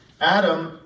Adam